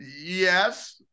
Yes